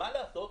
מה לעשות,